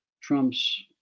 Trump's